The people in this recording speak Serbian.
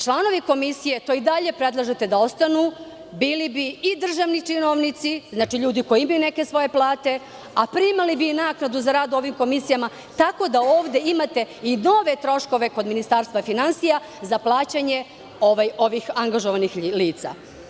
Članovi komisije, to i dalje predlažete da ostaju, bili bi i državni činovnici, znači ljudi koji imaju neke svoje plate, a primali bi i naknadu za rad u ovim komisijama, tako da ovde imate i dodatne troškove kod Ministarstva finansija za plaćanje ovih angažovani lica.